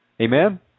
Amen